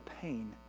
pain